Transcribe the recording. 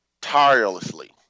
tirelessly